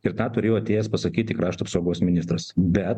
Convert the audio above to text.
ir tą turėjo atėjęs pasakyti krašto apsaugos ministras bet